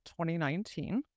2019